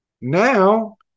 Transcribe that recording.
Now